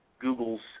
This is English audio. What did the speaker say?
Google's